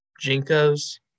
Jinkos